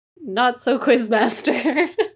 not-so-Quizmaster